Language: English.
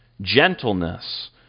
gentleness